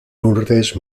lourdes